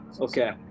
Okay